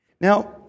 Now